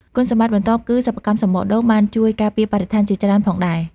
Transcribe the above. គុណសម្បត្តិបន្ទាប់គឺ សិប្បកម្មសំបកដូង បានជួយការពារបរិស្ថានជាច្រើនផងដែរ។